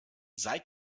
sei